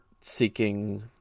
seeking